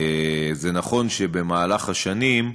זה נכון שבמהלך השנים,